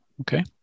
Okay